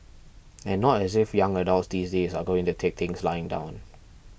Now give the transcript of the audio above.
and not as if young adults these days are going to take things lying down